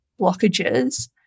blockages